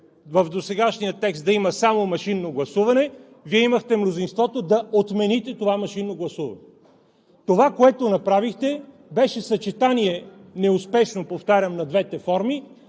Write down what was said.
в досегашния текст да има само машинно гласуване, Вие имахте мнозинството да отмените това машинно гласуване. Това, което направихте, беше неуспешно съчетание, повтарям, на двете форми,